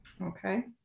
Okay